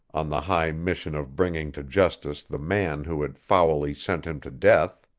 on the high mission of bringing to justice the man who had foully sent him to death.